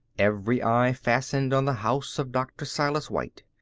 every eye fastened on the house of dr. silas white.